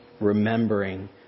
remembering